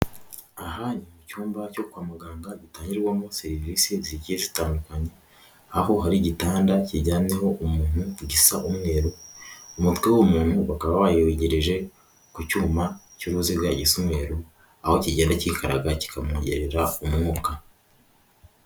Aha ni icyumba cyo kwa muganga gitangirwamo serivisi zigiye zitandukanye, aho hari igitanda kijyanho umuntu gisa umweru, umutwe w'uwo muntu bakaba bawegereje ku cyuma cy'uruziga gisa mweru, aho kigenda kikaraga kikamwongerera umwuka.